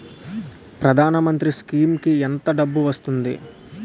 ప్రధాన మంత్రి స్కీమ్స్ కీ ఎంత డబ్బు వస్తుంది?